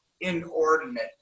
inordinate